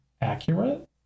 accurate